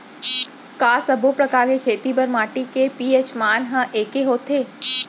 का सब्बो प्रकार के खेती बर माटी के पी.एच मान ह एकै होथे?